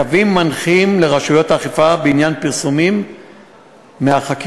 "קווים מנחים לרשויות האכיפה בעניין פרסומים מחקירות".